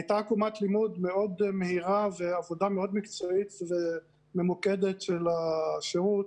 הייתה עקומת לימוד מאוד מהירה ועבודה מאוד מקצועית וממוקדת של השירות